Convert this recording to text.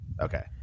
Okay